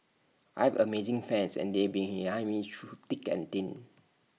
I've amazing fans and they've been behind me through thick and thin